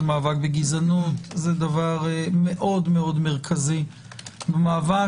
מאבק בגזענות זה דבר מאוד מאוד מרכזי במאבק.